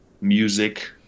music